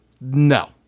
No